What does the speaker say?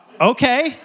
okay